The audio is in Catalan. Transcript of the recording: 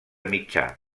mitjà